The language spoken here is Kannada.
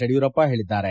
ಯಡಿಯೂರಪ್ಪ ಹೇಳಿದ್ದಾರೆ